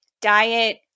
diet